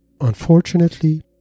Unfortunately